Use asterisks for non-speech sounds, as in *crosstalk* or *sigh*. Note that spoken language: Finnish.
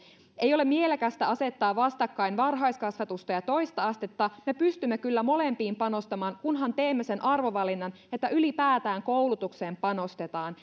ei ole mielekästä asettaa vastakkain varhaiskasvatusta ja toista astetta me pystymme kyllä molempiin panostamaan kunhan teemme sen arvovalinnan että ylipäätään koulutukseen panostetaan *unintelligible*